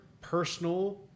personal